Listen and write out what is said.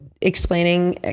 explaining